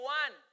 one